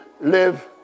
live